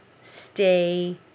stay